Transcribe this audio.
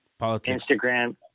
Instagram